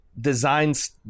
Designs